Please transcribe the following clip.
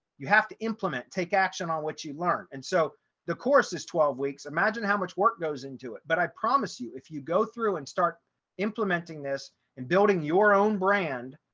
you have to implement take action on what you learn. and so the course is twelve weeks. imagine how much work goes into it. but i promise you, if you go through and start implementing this and building your own brand,